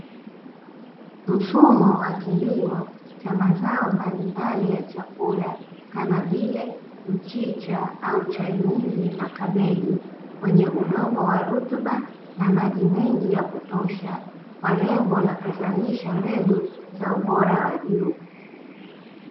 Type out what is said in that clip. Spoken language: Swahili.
Mfumo wa kilimo cha mazao mbalimbali ya chakula, kama vile mchicha au chainizi na kabeji, kwenye udongo wa rutuba na maji mengi ya kutosha, kwa lengo la kuzalisha mbegu za ubora wa juu.